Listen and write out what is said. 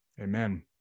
Amen